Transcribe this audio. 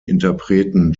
interpreten